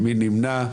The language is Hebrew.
מי נמנע?